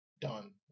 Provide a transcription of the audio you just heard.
done